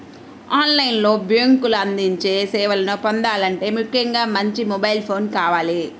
on line లో బ్యేంకులు అందించే సేవలను పొందాలంటే ముఖ్యంగా మంచి మొబైల్ ఫోన్ కావాలి